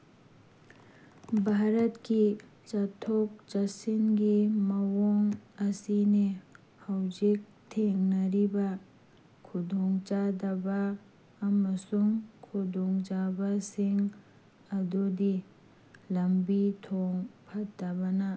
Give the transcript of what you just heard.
ꯚꯥꯔꯠꯀꯤ ꯆꯠꯊꯣꯛ ꯆꯠꯁꯤꯟꯒꯤ ꯃꯑꯣꯡ ꯑꯁꯤꯅꯦ ꯍꯧꯖꯤꯛ ꯊꯦꯡꯅꯔꯤꯕ ꯈꯨꯗꯣꯡ ꯆꯥꯗꯕ ꯑꯃꯁꯨꯡ ꯈꯨꯗꯣꯡ ꯆꯥꯕꯁꯤꯡ ꯑꯗꯨꯗꯤ ꯂꯝꯕꯤ ꯊꯣꯡ ꯐꯠꯇꯕꯅ